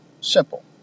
Simple